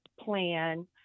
plan